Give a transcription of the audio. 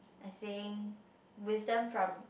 I think wisdom from